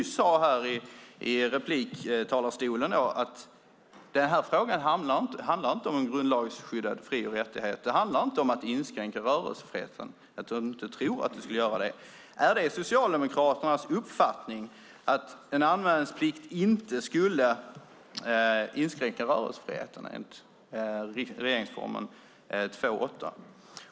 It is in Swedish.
Hon sade nyss från repliktalarstolen att frågan inte handlar om någon grundlagsskyddad fri och rättighet och att den inte handlar om att inskränka rörelsefriheten. Är det Socialdemokraternas uppfattning att en anmälningsplikt inte skulle inskränka rörelsefriheten enligt regeringsformen 2:8?